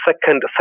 second